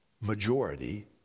majority